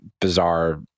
bizarre